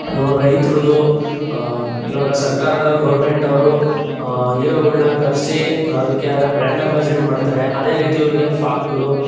ಇವರು ರೈತರದ್ದು ಈವಾಗ ಸರ್ಕಾರದವ್ರು ಗೋರ್ಮೆಂಟವರು ಈರೋಗಳನ್ನ ಕರೆಸಿ ಅದಕ್ಕೆ ಆದ ಬ್ರ್ಯಾಂಡ್ ಅಂಬಾಸಿಡರ್ ಮಾಡ್ತಾರೆ ಅದೇ ರೀತಿ ಇವ್ರಿಗೆ ಫಾ ಇವರು